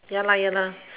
ya lah ya lah